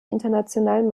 internationalen